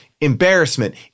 embarrassment